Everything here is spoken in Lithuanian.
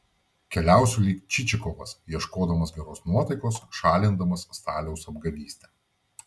keliausiu lyg čičikovas ieškodamas geros nuotaikos šalindamas staliaus apgavystę